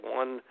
one